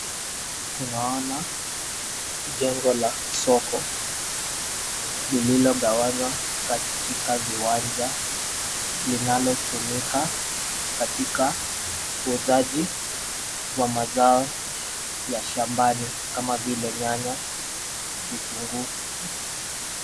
Tunaona jengo la soko lililogawanywa katika viwanja, linalotumika katika uuzaji wa mazao ya shambani kama vile nyanya, vitunguu.